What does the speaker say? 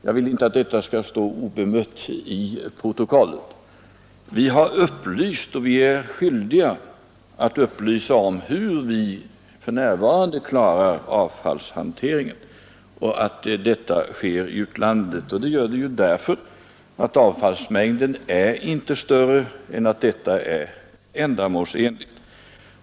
Jag vill inte att detta uttalande skall stå obemött i protokollet. Vi har upplyst, och vi är skyldiga att upplysa, om hur vi för närvarande klarar avfallshanteringen. Avfallet hanteras i utlandet — därför att avfallsmängden inte är större än att detta är ändamålsenligt.